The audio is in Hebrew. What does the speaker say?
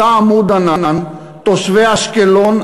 היום במבצע "עמוד ענן" תושבי אשקלון,